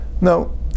no